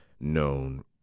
known